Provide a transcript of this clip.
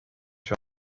sur